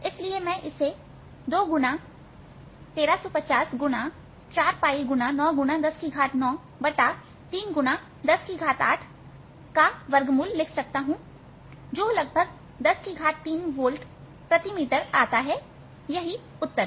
इसलिए मैं इसे 21350491093108लिख सकता हूं जो लगभग 103 वाल्ट प्रति मीटर आता है और यही उत्तर है